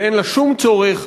ואין לה שום צורך,